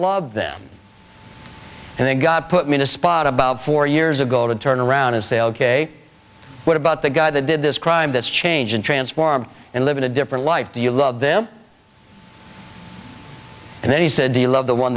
love them and they got put me in a spot about four years ago to turn around and say ok what about the guy that did this crime this change and transform and live in a different life do you love them and then he said you love the one